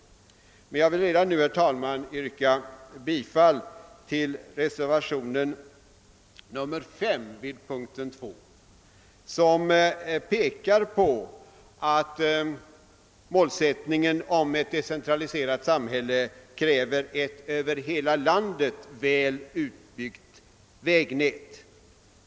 Jag vill emellertid redan nu, herr talman, yrka bifall till reservationen 5 vid punkten 2, vari påpekas, att målsättningen om ett decentraliserat samhälle kräver ett över hela landet väl utbyggt vägnät.